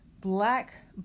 black